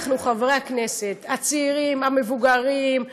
אנחנו, חברי הכנסת, הצעירים, המבוגרים,